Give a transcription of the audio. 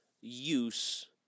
use